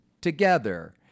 together